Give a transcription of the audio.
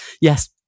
yes